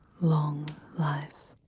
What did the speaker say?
long life.